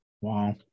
Wow